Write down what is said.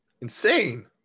Insane